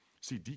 See